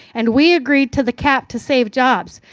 and we agreed to the cap to save jobs,